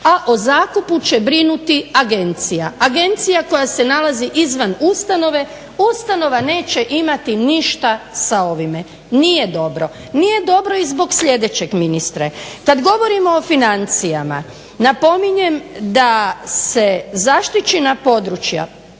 a o zakupu će brinuti agencija. Agencija koja se nalazi izvan ustanove, ustanova neće imati ništa sa ovime. Nije dobro. Nije dobro i zbog sljedećeg ministre. Kad govorimo o financijama napominjem da se zaštićena područja,